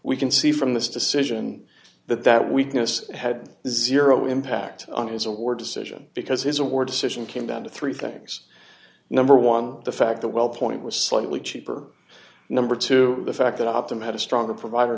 we can see from this decision that that weakness had zero impact on his or decision because his award decision came down to three things number one the fact that wellpoint was slightly cheaper number two the fact that optima had a stronger provider